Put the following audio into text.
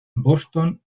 boston